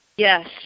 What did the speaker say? Yes